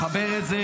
לחבר את זה